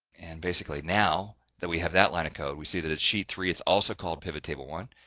and basically now that we have that line of code. we see that it's sheet three, it's also called pivot table one.